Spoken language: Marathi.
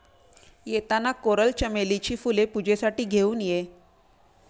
येताना कोरल चमेलीची फुले पूजेसाठी घेऊन ये